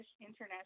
international